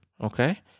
okay